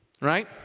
right